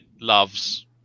loves